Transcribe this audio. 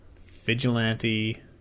Vigilante